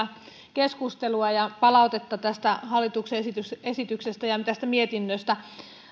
keskustelua ja palautetta tästä hallituksen esityksestä esityksestä ja tästä mietinnöstä